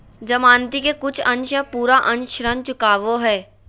जमानती के कुछ अंश या पूरा अंश ऋण चुकावो हय